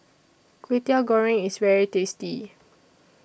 Kway Teow Goreng IS very tasty